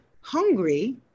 hungry